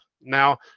Now